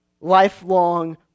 lifelong